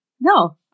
No